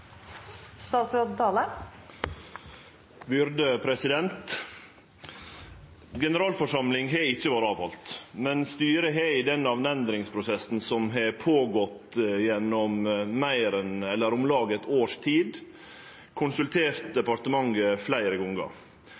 Generalforsamling har ikkje vore halde, men styret har i den namnendringsprosessen som har skjedd over om lag eit års tid, konsultert departementet fleire